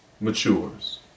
matures